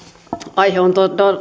aihe on